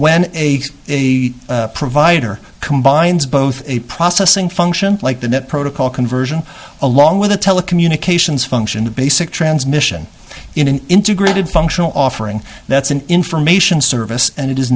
when a a provider combines both a processing function like the net protocol conversion along with a telecommunications function the basic transmission in an integrated functional offering that's an information service and it is